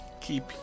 keep